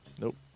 Nope